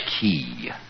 key